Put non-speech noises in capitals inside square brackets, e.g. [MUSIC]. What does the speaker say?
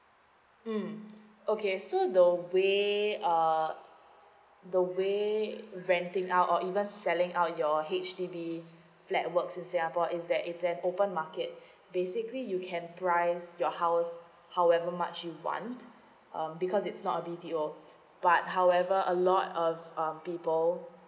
mm okay so the way uh the way renting out or even selling out your H_D_B flat works in singapore is that it's an open market [BREATH] basically you can price your house however much you want um because it's not a B_T_O but however a lot of um people